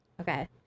okay